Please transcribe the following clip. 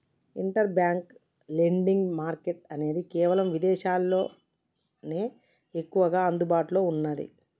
inter bank lending market అనేది కేవలం ఇదేశాల్లోనే ఎక్కువగా అందుబాటులో ఉన్నాది